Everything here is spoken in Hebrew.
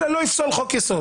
אלא לא יפסול חוק יסוד.